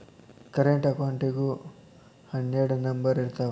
current ಅಕೌಂಟಿಗೂ ಹನ್ನೆರಡ್ number ಇರ್ತಾವ